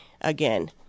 again